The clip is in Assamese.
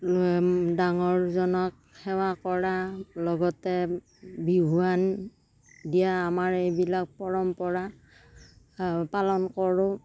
ডাঙৰজনক সেৱা কৰা লগতে বিহুৱান দিয়া আমাৰ এইবিলাক পৰম্পৰা পালন কৰোঁ